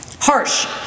harsh